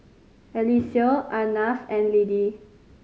Eliseo Arnav and Lidie